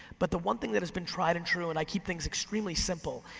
but the one thing that has been tried and true, and i keep things extremely simple,